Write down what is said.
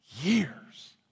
years